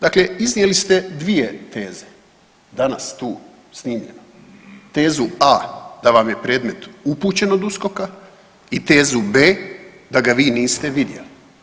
Dakle, iznijeli ste dvije teze danas tu snimljeno tezu a) da vam je predmet upućen od USKOK-a i tezu b) da ga vi niste vidjeli.